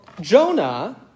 Jonah